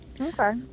Okay